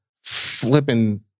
flipping